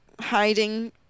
hiding